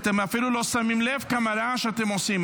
אתם אפילו לא שמים לב כמה רעש אתם עושים.